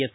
S